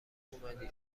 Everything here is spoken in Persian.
اومدی